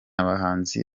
abahanzi